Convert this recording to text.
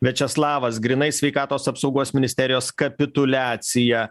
viačeslavas grynai sveikatos apsaugos ministerijos kapituliacija